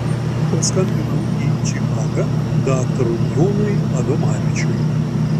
paskambinau į čikagą daktarui jonui adomavičiui